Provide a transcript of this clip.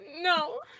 No